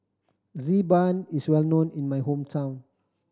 Xi Ban is well known in my hometown